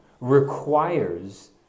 requires